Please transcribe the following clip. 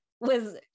was-